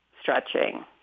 stretching